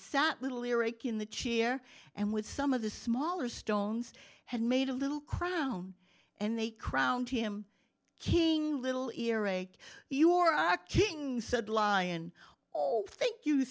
sat little eric in the chair and with some of the smaller stones had made a little crown and they crowned him king little earache you are our king said lion think you